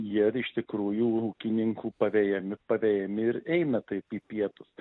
jie iš tikrųjų ūkininkų pavejami pavejami ir eina taip į pietus